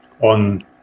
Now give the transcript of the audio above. on